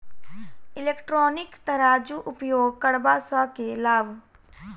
Electronic तराजू उपयोग करबा सऽ केँ लाभ?